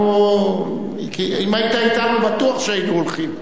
אם היית אתנו, בטוח שהיינו הולכים.